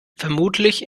vermutlich